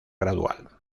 gradual